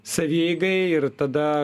savieigai ir tada